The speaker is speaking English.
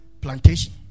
plantation